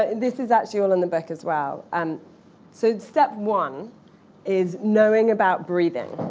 ah and this is actually all in the book as well. and so step one is knowing about breathing.